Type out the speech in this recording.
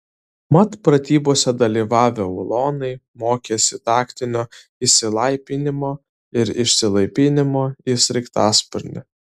mat pratybose dalyvavę ulonai mokėsi taktinio įsilaipinimo ir išsilaipinimo į sraigtasparnį